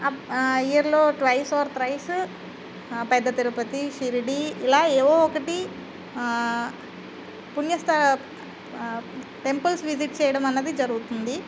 up ఆ ఇయర్లో twice or thrice పెద్ద తిరుపతి షిరిడీ ఇలా ఏవో ఒకటీ పుణ్యస్థల టెంపుల్స్ విసిట్ చేయడం అన్నది జరుగుతుంది